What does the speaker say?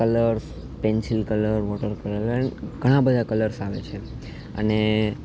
colour pencil colour water colour ઘણા બધા colours આવે છે અને